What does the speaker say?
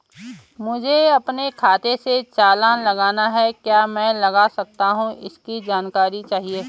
मुझे अपने खाते से चालान लगाना है क्या मैं लगा सकता हूँ इसकी जानकारी चाहिए?